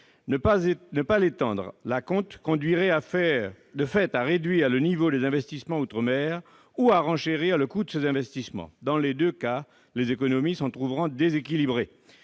Ne pas le faire conduirait à réduire le niveau des investissements outre-mer ou à renchérir le coût de ces investissements. Dans les deux cas, les économies s'en trouveraient déséquilibrées.